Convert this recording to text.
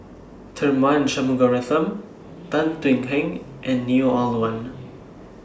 Tharman Shanmugaratnam Tan Thuan Heng and Neo Ah Luan